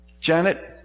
janet